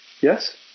Yes